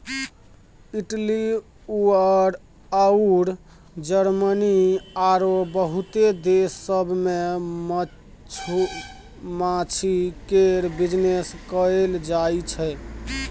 Italy अउर Germany आरो बहुते देश सब मे मधुमाछी केर बिजनेस कएल जाइ छै